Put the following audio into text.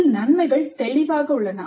இதில் நன்மைகள் தெளிவாக உள்ளன